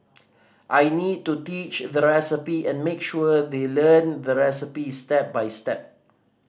I need to teach the recipe and make sure they learn the recipes step by step